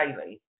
daily